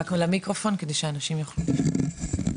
בבקשה.